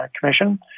Commission